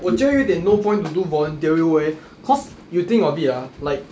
我觉得有一点 no point to do voluntary work eh cause you think of it ah like